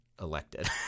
elected